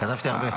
כתבתי הרבה.